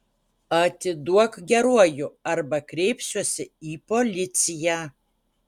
atiduok geruoju arba kreipsiuosi į policiją